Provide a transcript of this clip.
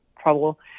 trouble